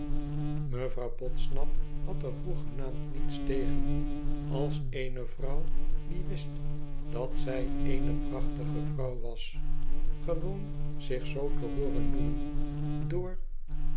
mevrouw podsnap had er hoegenaamd niets tegen als eene vrouw die wist dat zij eene prachtige vrouw was gewoon zich zoo te hooren noemen door